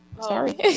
Sorry